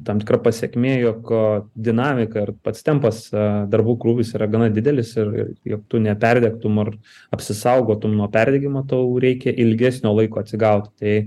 tam tikra pasekmė jog dinamika ir pats tempas darbų krūvis yra gana didelis ir ir ir tu neperdegtumei ar apsisaugotum nuo perdegimo tau reikia ilgesnio laiko atsigauti tai